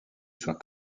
soit